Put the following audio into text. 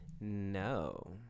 no